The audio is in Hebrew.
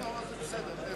ודאי.